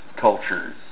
cultures